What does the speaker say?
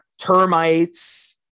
termites